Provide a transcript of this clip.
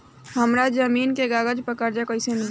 हमरा जमीन के कागज से कर्जा कैसे मिली?